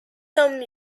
some